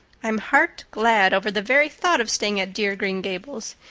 i'm heart glad over the very thought of staying at dear green gables.